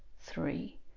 three